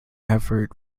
effort